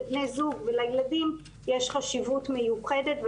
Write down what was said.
לבני זוג ולילדים יש חשיבות מיוחדת.